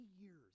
years